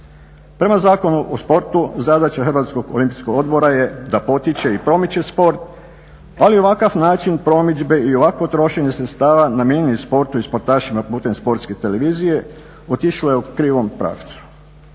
Prema Zakonu o sportu zadaća Hrvatskog olimpijskog odbora je da potiče i promiče sport, ali ovakav način promidžbe i ovakvo trošenje sredstava namijenjenih sportu i sportašima putem Sportske televizije otišlo je u krivom pravcu.